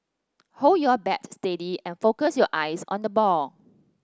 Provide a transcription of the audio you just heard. hold your bat steady and focus your eyes on the ball